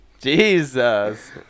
Jesus